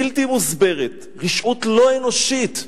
בלתי מוסברת, רשעות לא אנושית.